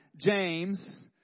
James